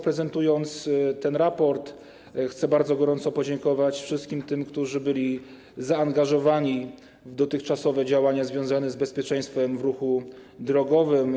Prezentując ten raport, chcę bardzo gorąco podziękować wszystkim tym, którzy byli zaangażowani w dotychczasowe działania związane z bezpieczeństwem w ruchu drogowym.